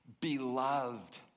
beloved